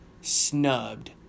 snubbed